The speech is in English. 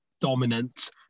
dominant